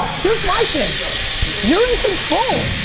here's my thing, you're in control.